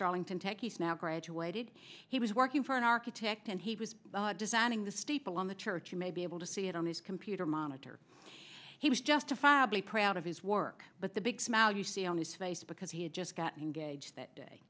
darlington techies now graduated he was working for an architect and he was designing the steeple on the church you may be able to see it on his computer monitor he was justifiably proud of his work but the big smile you see on his face because he had just gotten engaged that day